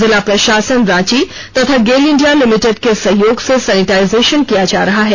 जिला प्रशासन रांची तथा गेल इंडिया लिमिटेड के सहयोग से सैनिटाईजेशन किया जा रहा है